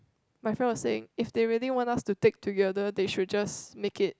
my friend was saying if they really want us to take together they should just make it